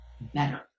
better